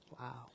Wow